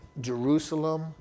Jerusalem